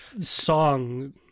song